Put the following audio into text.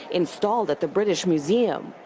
installed at the british museum.